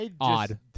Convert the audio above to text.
odd